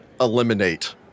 eliminate